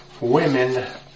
Women